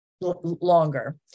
longer